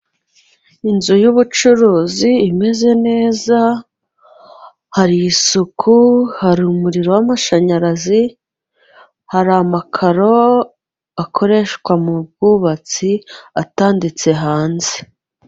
Inzu y'ubucuruzi imeze neza hari isuku, hari umuriro w'amashanyarazi, hari amakaro akoreshwa mu bwubatsi atanditse hanze.